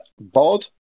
Bod